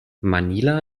manila